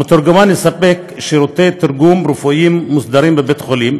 המתורגמן יספק שירותי תרגום רפואיים מוסדרים בבית החולים,